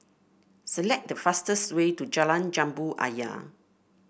select the fastest way to Jalan Jambu Ayer